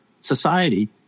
society